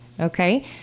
okay